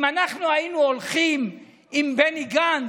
אם אנחנו היינו הולכים עם בני גנץ,